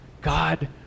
God